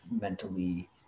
mentally